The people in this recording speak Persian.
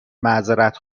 معذرت